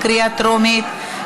בקריאה טרומית.